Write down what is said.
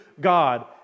God